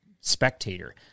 spectator